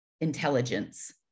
intelligence